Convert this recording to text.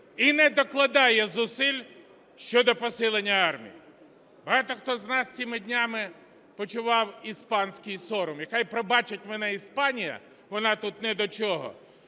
і не докладає зусиль щодо посилення армії. Багато хто з нас цими днями почував іспанський сором, і хай пробачить мене Іспанія, вона тут ні до чого.